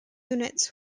units